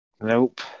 Nope